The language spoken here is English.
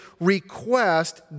request